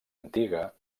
antiga